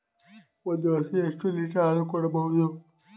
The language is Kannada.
ಒಂದು ಹಸು ಎಷ್ಟು ಲೀಟರ್ ಹಾಲನ್ನು ಕೊಡಬಹುದು?